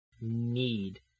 need